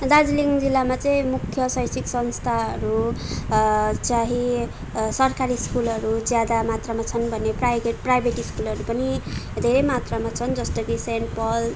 दार्जिलिङ जिल्लामा चाहिँ मुख्य शैक्षिक संस्थाहरू चाहि सरकारी स्कुलहरू ज्यादा मात्रामा छन् भने प्राइभेट प्राइभेट स्कुलहरू पनि धेरै मात्रामा छन् जस्तो कि सेन्ट पल